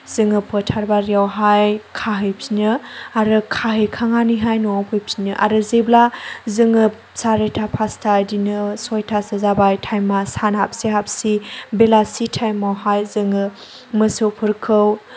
जोङो फोथार बारियावहाय खाहैफिनो आरो खाहैखांनानैहाय न'आव फैफिनो आरो जेब्ला जोङो सारिथा पासथा बिदिनो सयतासो जाबाय थाइमा सानआ हाबसि हाबसि बेलासि थाइमआवहाय जोङो मोसौफोरखौ